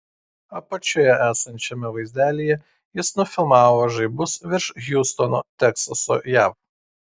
apačioje esančiame vaizdelyje jis nufilmavo žaibus virš hjustono teksaso jav